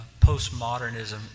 postmodernism